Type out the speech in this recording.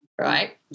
right